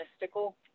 mystical